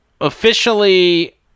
Officially